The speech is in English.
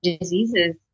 diseases